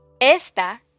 Esta